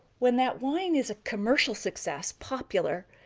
when that wine is a commercial success, popular,